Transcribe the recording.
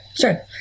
sure